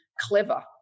clever